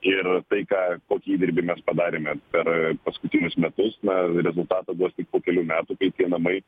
ir tai ką kokį įdirbį mes padarėme per paskutinius metus na rezultatą duos tik po kelių metų kai tie namai